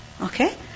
Okay